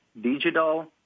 digital